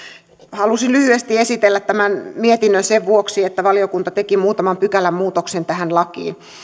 halusin lyhyesti esitellä tämän mietinnön sen vuoksi että valiokunta teki muutaman pykälämuutoksen tähän lakiin